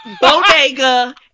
bodega